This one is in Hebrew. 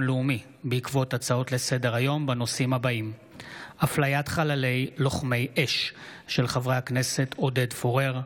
לאומי בעקבות דיון מהיר בהצעתם של חברי הכנסת עודד פורר,